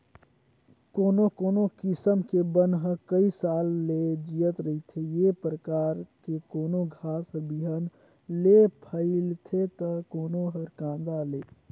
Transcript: कोनो कोनो किसम के बन ह कइ साल ले जियत रहिथे, ए परकार के कोनो घास हर बिहन ले फइलथे त कोनो हर कांदा ले